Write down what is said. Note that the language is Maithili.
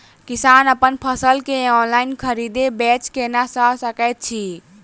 किसान अप्पन फसल केँ ऑनलाइन खरीदै बेच केना कऽ सकैत अछि?